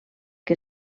que